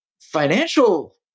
financial